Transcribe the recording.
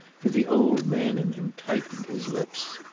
for the old man in him tightened his lips.